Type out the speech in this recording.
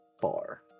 bar